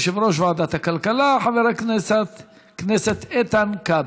יושב-ראש ועדת הכלכלה חבר הכנסת איתן כבל.